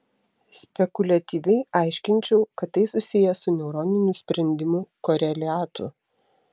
spekuliatyviai aiškinčiau kad tai susiję su neuroninių sprendimų koreliatu